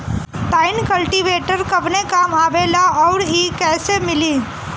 Tine cultivator कवने काम आवेला आउर इ कैसे मिली?